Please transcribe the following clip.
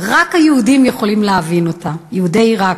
רק היהודים יכולים להבין אותה, יהודי עיראק.